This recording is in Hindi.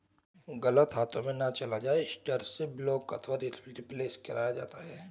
गलत हाथों में ना चला जाए इसी डर से ब्लॉक तथा रिप्लेस करवाया जाता है